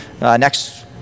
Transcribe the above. next